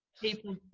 people